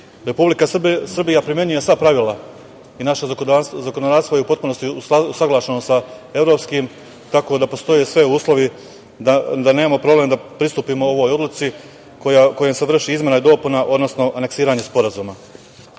Republika Srbija primenjuje sva pravila i naše zakonodavstvo je u potpunosti usaglašeno sa evropskim, tako da postoje svi uslovi da nemamo problem da pristupimo ovoj odluci kojom se vrši izmena i dopuna, odnosno aneksiranje Sporazuma. Kod